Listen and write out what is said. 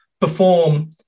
perform